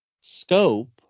scope